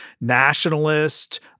nationalist